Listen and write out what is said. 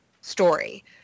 story